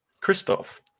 Christoph